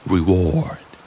Reward